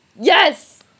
Yes